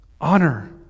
honor